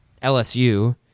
LSU